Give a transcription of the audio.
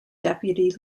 deputy